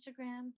Instagram